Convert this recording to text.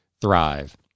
thrive